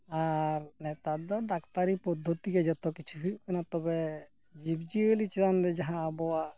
ᱟᱨ ᱱᱮᱛᱟᱨ ᱫᱚ ᱰᱟᱠᱛᱟᱨᱤ ᱯᱚᱫᱽᱫᱷᱚᱛᱤ ᱛᱮᱜᱮ ᱡᱚᱛᱚ ᱠᱤᱪᱷᱩ ᱦᱩᱭᱩᱜ ᱠᱟᱱᱟ ᱛᱚᱵᱮ ᱡᱤᱵᱽᱼᱤᱭᱟᱹᱞᱤ ᱪᱮᱛᱟᱱ ᱫᱚ ᱡᱟᱦᱟᱱᱟᱜ ᱟᱵᱚᱣᱟᱜ